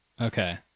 Okay